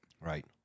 Right